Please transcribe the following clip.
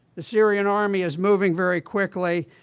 the syrian army is moving very quickly,